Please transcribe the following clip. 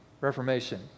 Reformation